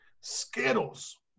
Skittles